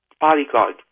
bodyguard